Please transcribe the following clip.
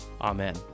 Amen